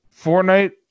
Fortnite